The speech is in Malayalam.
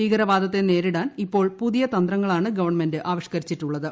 ഭീകരവാദത്തെ പ്രിയേരിടാൻ ഇപ്പോൾ പുതിയ തന്ത്രങ്ങളാണ് ഗവൺമെന്റ് ആവിഷ്ക്കരിച്ചിട്ടുള്ളത്